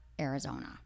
Arizona